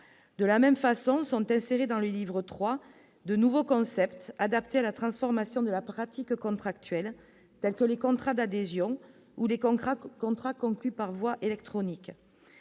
de la même façon sont insérés dans les livres 3 de nouveaux concepts, adapté à la transformation de la pratique contractuelle, tels que les contrats d'adhésion ou les camps contrats conclus par voie électronique,